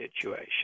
situation